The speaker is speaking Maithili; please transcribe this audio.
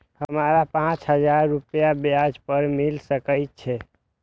हमरा पाँच हजार रुपया ब्याज पर मिल सके छे?